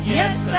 yes